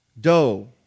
doe